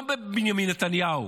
לא בבנימין נתניהו,